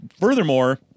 furthermore